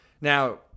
Now